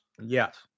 Yes